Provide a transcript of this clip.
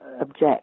object